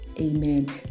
amen